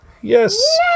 Yes